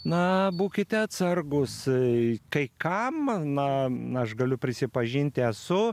na būkite atsargūs kai kam na na aš galiu prisipažinti esu